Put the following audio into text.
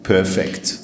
Perfect